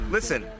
Listen